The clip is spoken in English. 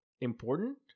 important